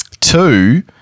Two